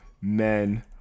men